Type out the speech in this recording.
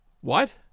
What